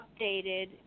updated